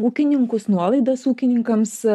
ūkininkus nuolaidas ūkininkams